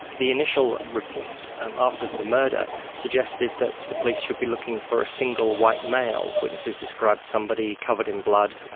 the initial reports after the murder, suggested that the police should be looking for a single white male. witnesses described somebody, covered in blood,